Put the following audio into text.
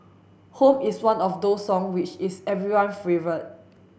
home is one of those song which is everyone favourite